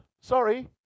Sorry